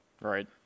Right